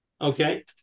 Okay